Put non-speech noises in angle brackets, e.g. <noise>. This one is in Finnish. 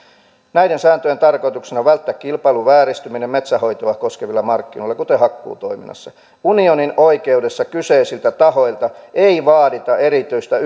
näiden sääntöjen tarkoituksena on välttää kilpailun vääristyminen metsänhoitoa koskevilla markkinoilla kuten hakkuutoiminnassa unionin oikeudessa kyseisiltä tahoilta ei vaadita erityistä <unintelligible>